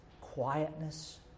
quietness